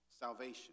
salvation